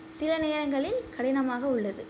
சில நேரங்களில் கடினமாக உள்ளது